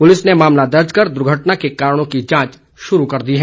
police ने मामला दर्ज कर दुर्घटना के कारणों की जांच शुरू कर दी है